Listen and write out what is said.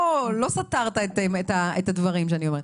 לא סתרת את הדברים שאני אומרת.